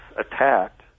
attacked